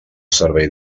servei